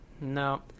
No